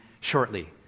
shortly